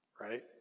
right